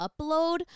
Upload